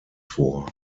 vor